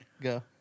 Go